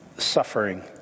suffering